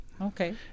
Okay